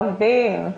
עובדים.